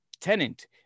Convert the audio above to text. Tenant